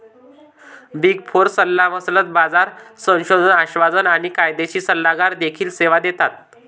big four सल्लामसलत, बाजार संशोधन, आश्वासन आणि कायदेशीर सल्लागार देखील सेवा देतात